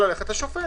ללכת לשופט.